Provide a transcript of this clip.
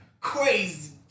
crazy